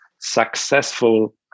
successful